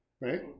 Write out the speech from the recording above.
Right